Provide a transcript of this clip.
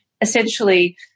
Essentially